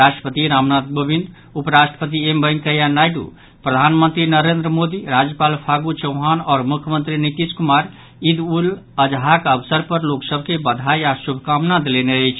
राष्ट्रपति रामनाथ कोविंद उप राष्ट्रपति एम वेकैंया नायडू प्रधानमंत्री नरेंद्र मोदी राज्यपाल फागू चौहान आओर मुख्यमंत्री नीतीश कुमार ईद उल अजहाक अवसर पर लोक सभ के बधाई आ शुभकामना देलनि अछि